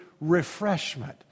refreshment